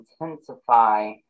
intensify